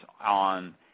on